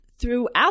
throughout